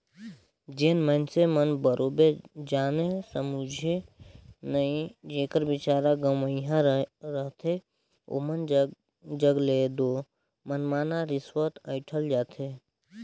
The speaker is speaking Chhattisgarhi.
जेन मइनसे मन बरोबेर जाने समुझे नई जेकर बिचारा गंवइहां रहथे ओमन जग ले दो मनमना रिस्वत अंइठल जाथे